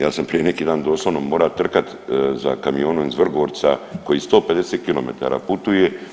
Ja sam prije neki dan doslovno morao trkat za kamionom iz Vrgorca koji 150 km putuje.